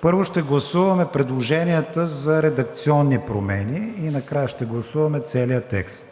Първо ще гласуваме предложенията за редакционни промени и накрая ще гласуваме целия текст.